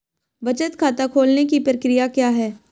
बचत खाता खोलने की प्रक्रिया क्या है?